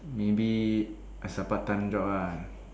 maybe as a part time job lah